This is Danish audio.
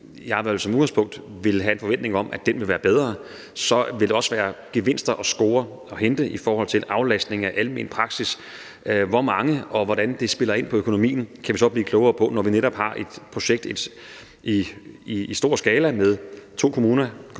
hvert fald som udgangspunkt vil have en forventning om vil blive bedre, vil der også være gevinster at score og hente i forhold til aflastning af almen praksis. Hvor mange det er, og hvordan det spiller ind på økonomien, kan vi så blive klogere på, når vi netop har et projekt i stor skala med to kommuner,